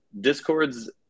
discords